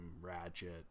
Ratchet